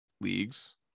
leagues